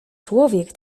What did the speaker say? człowiek